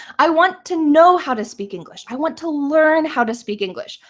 i want to know how to speak english. i want to learn how to speak english.